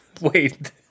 Wait